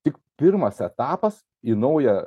tik pirmas etapas į naują